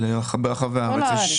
ברחבי הארץ.